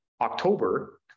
October